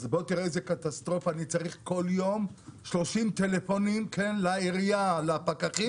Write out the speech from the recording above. אז בוא תראה איזה קטסטרופה שאני צריך להרים 30 טלפונים לעירייה ולפקחים